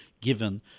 given